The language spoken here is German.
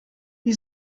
wie